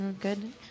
Good